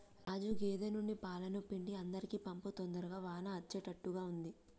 రాజు గేదె నుండి పాలను పిండి అందరికీ పంపు తొందరగా వాన అచ్చేట్టుగా ఉంది